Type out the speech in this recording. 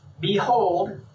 Behold